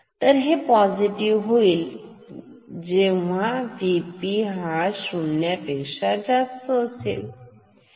तर हे पोसिटीव्ह होईल जेव्हा Vp हा शून्यापेक्ष्या जास्त होईल